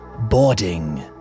boarding